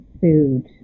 food